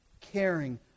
caring